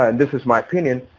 and this is my opinion,